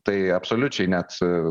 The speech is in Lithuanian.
tai absoliučiai net